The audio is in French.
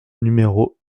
numéro